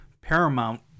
Paramount